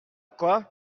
quoi